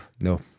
No